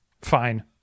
fine